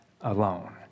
alone